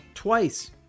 Twice